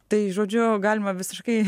tai žodžiu galima visiškai